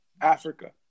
Africa